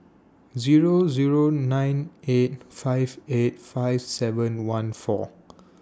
Zero Zero nine eight five eight five seven one four